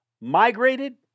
migrated